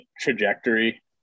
trajectory